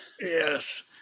Yes